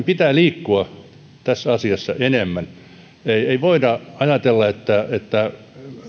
pitää liikkua tässä asiassa enemmän ei voida ajatella että että